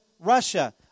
Russia